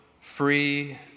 free